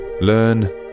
learn